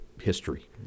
history